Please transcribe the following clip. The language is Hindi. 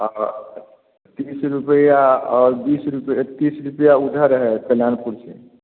और तीस रुपये और बीस रुपये तीस रुपये उधर है कल्यानपुर से